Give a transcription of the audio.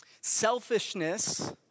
Selfishness